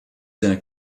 seine